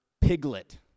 Piglet